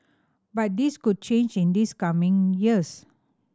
but this could change in this coming years